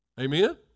Amen